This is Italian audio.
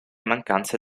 mancanze